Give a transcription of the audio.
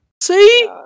See